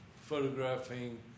photographing